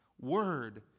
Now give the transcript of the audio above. word